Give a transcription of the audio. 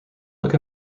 look